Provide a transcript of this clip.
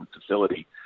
facility